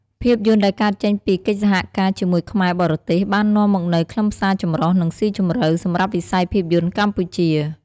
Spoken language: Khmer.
ភាពយន្តដែលកើតចេញពីកិច្ចសហការជាមួយខ្មែរបរទេស បាននាំមកនូវ ខ្លឹមសារចម្រុះ និងស៊ីជម្រៅ សម្រាប់វិស័យភាពយន្តកម្ពុជា។